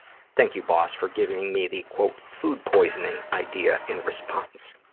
thank you, boss, for giving me the, quote, food poisoning idea in response.